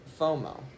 FOMO